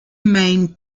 main